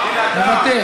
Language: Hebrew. מוותר,